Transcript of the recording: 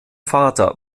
vater